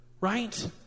Right